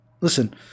Listen